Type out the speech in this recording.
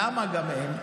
למה אין?